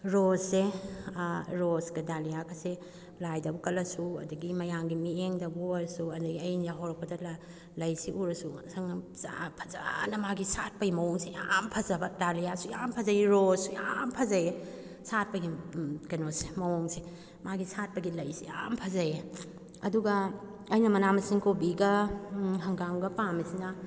ꯔꯣꯁꯁꯦ ꯑꯥ ꯔꯣꯁꯀ ꯗꯥꯂꯤꯌꯥꯒꯁꯦ ꯂꯥꯏꯗꯕꯨ ꯀꯠꯂꯁꯨ ꯑꯗꯨꯗꯒꯤ ꯃꯌꯥꯝꯒꯤ ꯃꯤꯠꯌꯦꯡꯗꯕꯨ ꯑꯣꯏꯔꯁꯨ ꯑꯗꯨꯗꯒꯤ ꯑꯩꯅ ꯌꯥꯍꯧꯔꯛꯄꯗ ꯂꯩꯁꯤ ꯎꯔꯁꯨ ꯉꯥꯁꯪ ꯉꯥꯡ ꯐꯖꯅ ꯃꯥꯒꯤ ꯁꯥꯠꯄꯒꯤ ꯃꯑꯣꯡꯁꯦ ꯌꯥꯝ ꯐꯖꯕ ꯗꯥꯂꯤꯌꯥꯁꯨ ꯌꯥꯝ ꯐꯖꯩꯌꯦ ꯔꯣꯁꯁꯨ ꯌꯥꯝ ꯐꯖꯩꯌꯦ ꯁꯥꯠꯄꯒꯤ ꯀꯩꯅꯣꯁꯦ ꯃꯑꯣꯡꯁꯦ ꯃꯥꯒꯤ ꯁꯥꯠꯄꯒꯤ ꯂꯩꯁꯦ ꯌꯥꯝ ꯐꯖꯩꯌꯦ ꯑꯗꯨꯒ ꯑꯩꯅ ꯃꯅꯥ ꯃꯁꯤꯡ ꯀꯣꯕꯤꯒ ꯍꯡꯒꯥꯝꯒ ꯄꯥꯝꯃꯤꯁꯤꯅ